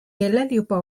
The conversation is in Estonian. juba